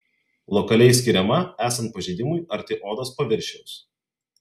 lokaliai skiriama esant pažeidimui arti odos paviršiaus